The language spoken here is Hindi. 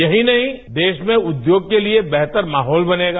यही नहीं देश में उद्योग के लिए बेहतर माहौल बनेगा